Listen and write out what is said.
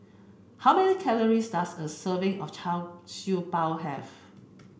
how many calories does a serving of Char Siew Bao have